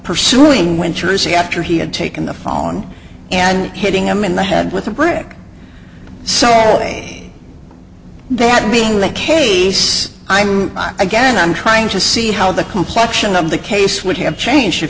pursuing winters after he had taken the phone and hitting him in the head with a brick so all day that being the case i'm again i'm trying to see how the complection of the case would have changed